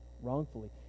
wrongfully